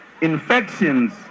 infections